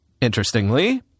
interestingly